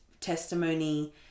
testimony